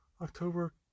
October